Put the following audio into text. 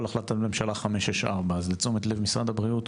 החלטת ממשלה 564. זה לתשומת לב משרד הבריאות.